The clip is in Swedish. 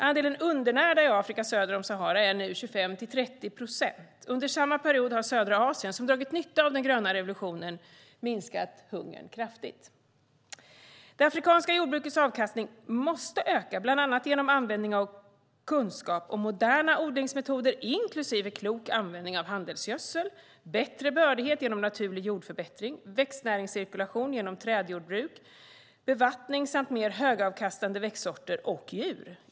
Andelen undernärda i Afrika söder om Sahara är nu 25-30 procent. Under samma period har södra Asien, som dragit nytta av den gröna revolutionen, minskat hungern kraftigt. Det afrikanska jordbrukets avkastning måste öka bland annat genom användning av och kunskap om moderna odlingsmetoder, inklusive klok användning av handelsgödsel, bättre bördighet genom naturlig jordförbättring, växtnäringscirkulation genom trädjordbruk, bevattning samt mer högavkastande växtsorter och djur.